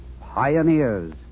pioneers